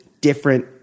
different